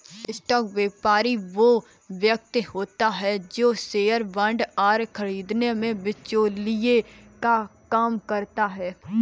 stock व्यापारी वो व्यक्ति होता है जो शेयर बांड आदि खरीदने में बिचौलिए का काम करता है